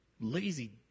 lazy